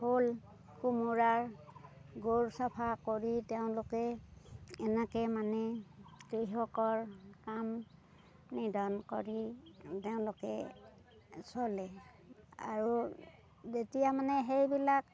ভোল কোমোৰাৰ বোৰ চাফা কৰি তেওঁলোকে এনেকে মানে কৃষকৰ কাম নিদন কৰি তেওঁলোকে চলে আৰু যেতিয়া মানে সেইবিলাক